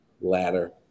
ladder